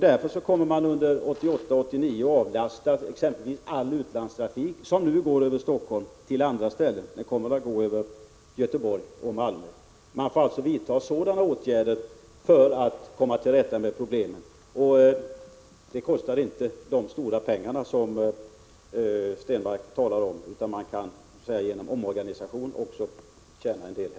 Därför kommer man under 1988 och 1989 att flytta all utlandstrafik som nu går över Helsingfors till andra städer. Den kommer att gå över Göteborg och Malmö. Man får alltså vidta sådana åtgärder för att komma till rätta med problemen. Det kostar inte så stora pengar som Stenmarck talar om, utan man kan genom omorganisation tjäna en del.